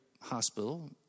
hospital